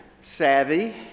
savvy